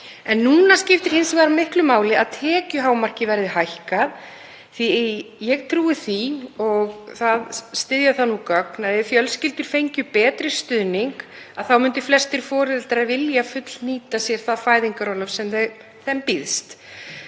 Núna skiptir hins vegar miklu máli að tekjuhámarkið verði hækkað því að ég trúi því, og það styðja nú gögn, að ef fjölskyldur fengju betri stuðning myndu flestir foreldrar vilja fullnýta sér það fæðingarorlof sem þeim býðst.